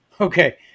Okay